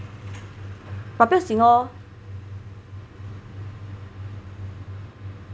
but 不要紧 lor